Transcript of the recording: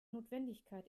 notwendigkeit